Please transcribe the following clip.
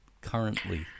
currently